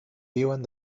viuen